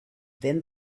then